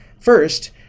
First